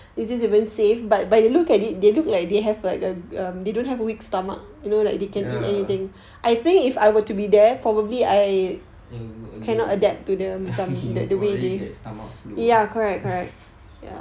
ya you probably get stomach flu